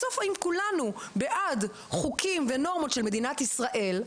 בסוף אם כולנו בעד חוקים ונורמות של מדינת ישראל,